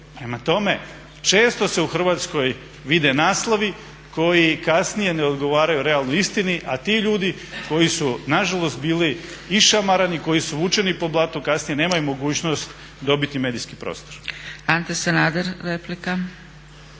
Prema tome, često se u Hrvatskoj vide naslovi koji kasnije ne odgovaraju realnoj istini, a ti ljudi koji su nažalost bili išamarani, koji su vučeni po blatu kasnije nemaju mogućnost dobiti medijski prostor. **Zgrebec, Dragica